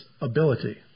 ability